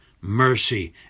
mercy